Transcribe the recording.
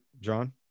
John